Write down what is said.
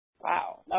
Wow